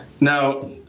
Now